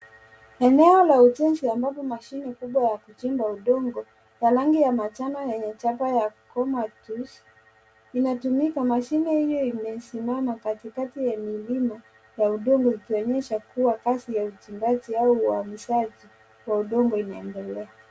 Eneo la utenzi ambapo mashine kubwa ya kuchimba udongo ya rangi ya manjano yenye japo ya yenye